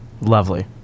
Lovely